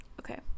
Okay